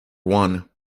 one